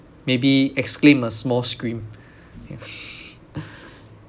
maybe exclaim a small scream